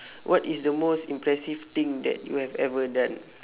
what is the most impressive thing that you have ever done